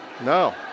No